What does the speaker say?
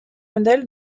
modèle